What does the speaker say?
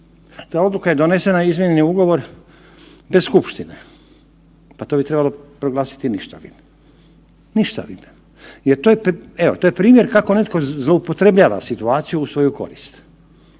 Ta odluka je donesena, izmijenjen je ugovor bez skupštine, pa to bi trebalo proglasiti ništavim, ništavim, jer evo to je primjer kako netko zloupotrebljava situaciju u svoju korist.